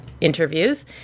interviews